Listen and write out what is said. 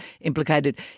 implicated